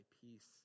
peace